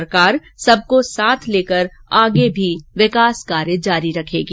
सरकार सबको साथ लेकर आगे भी विकास कार्य जारी रखेगी